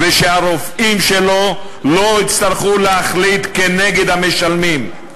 שהרופאים שלו לא יצטרכו להחליט כנגד המשלמים.